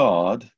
God